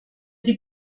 die